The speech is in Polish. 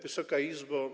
Wysoka Izbo!